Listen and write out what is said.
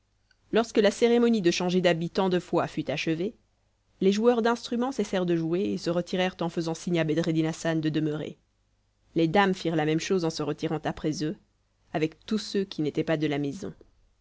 lorsque la cérémonie de changer d'habit tant de fois fut achevée les joueurs d'instruments cessèrent de jouer et se retirèrent en faisant signe à bedreddin hassan de demeurer les dames firent la même chose en se retirant après eux avec tous ceux qui n'étaient pas de la maison